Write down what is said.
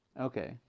Okay